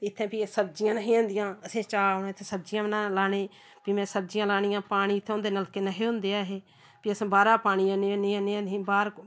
इत्थें फ्ही सब्जियां नेहियां होंदियां असें चाऽ औने इत्थें सब्जियां बना लाने फ्ही में सब्जियां लानियां पानी इत्थै होंदे नलके नेहे होंदे ऐ हे फ्ही असें बाह्रा पानी आह्नियै आह्नियै आह्नियै बाह्र